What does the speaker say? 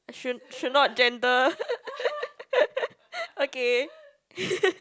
should should not gender okay